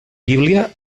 bíblia